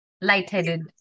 Lightheaded